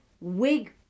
wig